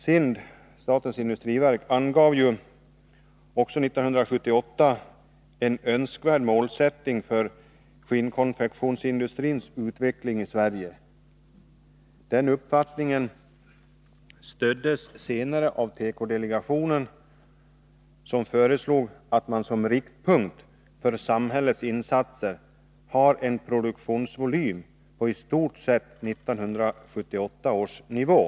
SIND, statens industriverk, angav också 1978 en önskvärd målsättning för skinnkonfektionsindustrins utveckling i Sverige. Den uppfattningen stöddes senare av tekodelegationen, som föreslog ”att man som riktpunkt för samhällets insatser har en produktionsvolym på i stort sett 1978 års nivå”.